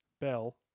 Bell